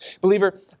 Believer